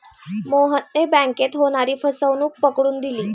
मोहनने बँकेत होणारी फसवणूक पकडून दिली